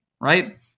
right